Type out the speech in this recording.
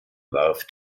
warf